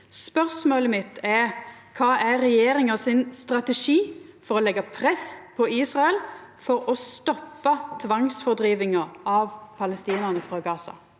Spørsmålet mitt er: Kva er regjeringa sin strategi for å leggja press på Israel for å stoppa tvangsfordrivinga av palestinarane frå Gaza?